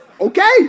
Okay